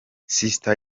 sister